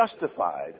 justified